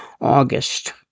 August